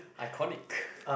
iconic